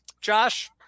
Josh